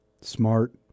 smart